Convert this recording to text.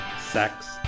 sex